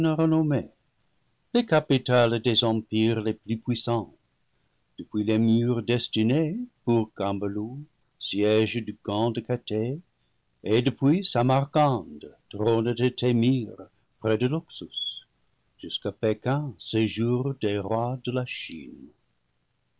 renommée les capitales des empires les plus puissants depuis les murs destinés pour cambalu siége du kan de cathai et depuis samarcande trône de témir près de l'oxus jusqu'à pékin séjour des rois de la chine